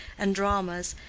and dramas,